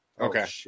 Okay